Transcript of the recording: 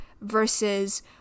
versus